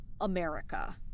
America